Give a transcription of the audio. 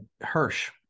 Hirsch